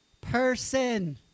person